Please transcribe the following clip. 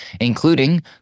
including